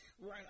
Right